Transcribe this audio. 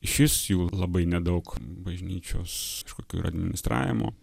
šis jų labai nedaug bažnyčios kažkokių ir administravimo